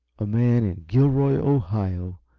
a man in gilroy, ohio,